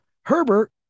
Herbert